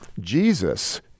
Jesus